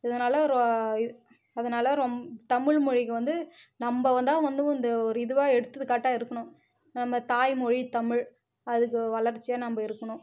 இதனால அதனால ரொம்ப தமிழ் மொழிக்கு வந்து நம்ம தான் வந்து இந்த ஒரு இதுவாக எடுத்துக்காட்டாக இருக்கணும் நம்ம தாய்மொழி தமிழ் அதுக்கு வளர்ச்சியாக நம்ம இருக்கணும்